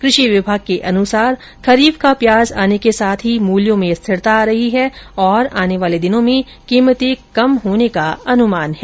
कृषि विभाग के अनुसार खरीफ का प्याज आने के साथ ही मूल्यों में स्थिरता आ रही है और आने वाले दिनों में कीमतें कम होने का अनुमान है